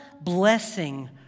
blessing